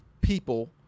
people